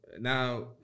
Now